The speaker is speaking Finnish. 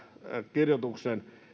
kirjoitus